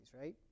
right